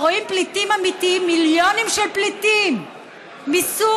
רואים פליטים אמיתיים, מיליונים של פליטים מסוריה,